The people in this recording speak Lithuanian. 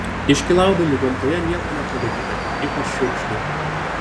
iškylaudami gamtoje nieko nepalikite ypač šiukšlių